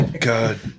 God